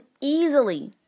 easily